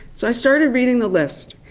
so i started reading the list,